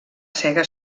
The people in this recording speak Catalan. sega